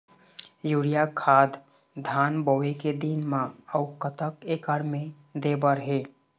Urea खाद धान बोवे के दिन म अऊ कतक एकड़ मे दे बर हे?